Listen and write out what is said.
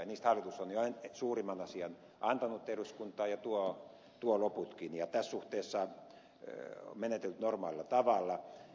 niistä hallitus on jo suurimman osan antanut eduskuntaan ja tuo loputkin ja tässä suhteessa menetellyt normaalilla tavalla